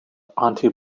onto